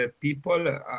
people